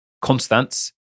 Constance